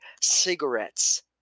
cigarettes